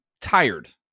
tired